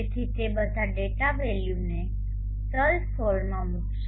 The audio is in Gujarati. તેથી તે બધા ડેટા વેલ્યુને ચલ સોલમાં મૂકશે